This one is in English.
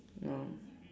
no